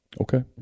Okay